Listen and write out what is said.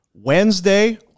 Wednesday